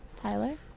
Tyler